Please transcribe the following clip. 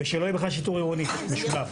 ושלא יהיה בכלל שיטור עירוני משולב,